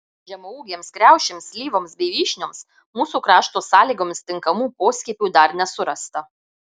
žemaūgėms kriaušėms slyvoms bei vyšnioms mūsų krašto sąlygomis tinkamų poskiepių dar nesurasta